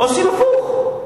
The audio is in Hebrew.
עושים הפוך.